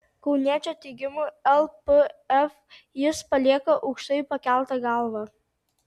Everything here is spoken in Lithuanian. kauniečio teigimu lpf jis palieka aukštai pakelta galva